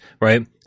right